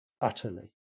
Utterly